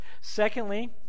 Secondly